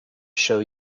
show